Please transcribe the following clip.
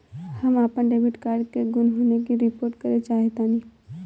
हम अपन debit card के गुम होने की रिपोर्ट करे चाहतानी